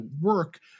work